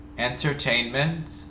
Entertainment